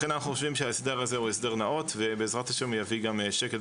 לכן אנחנו חושבים שההסדר הזה הוא הסדר נאות ובעזרת ה' הוא יביא גם שקט.